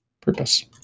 purpose